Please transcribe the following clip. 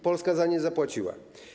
Polska za nie zapłaciła.